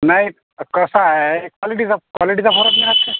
नाही कसं आहे क्वालिटीचा क्वालिटीचा फरक नाही रहात काय